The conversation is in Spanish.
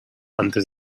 antes